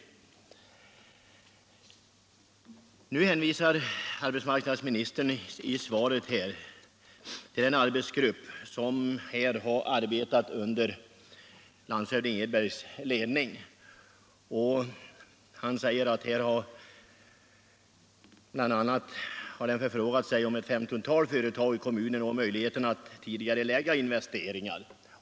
Filipstad Nu hänvisar arbetsmarknadsministern i svaret till en arbetsgrupp som har arbetat under landshövding Edbergs ledning. Arbetsmarknadsministern säger att arbetsgruppen bl.a. har ”förfrågat sig hos ett 15-tal företag i kommunen om möjligheterna att tidigarelägga investeringar.